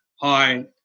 hi